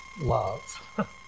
love